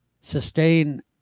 sustain